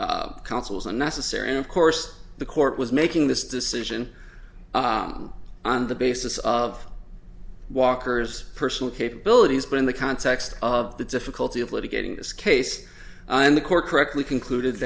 counsel's unnecessary and of course the court was making this decision on the basis of walker's personal capabilities but in the context of the difficulty of litigating this case and the court correctly concluded